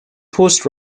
post